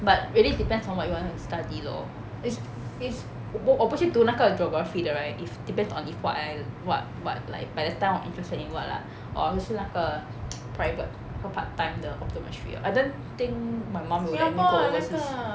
but really depends on what you want to study lor is is 我不去读那个 geography 的 right if depends on if what I what what like by the time 我 interested in what lah honestly 那个 private for part time 的 optometry I don't think my mum will let me go overseas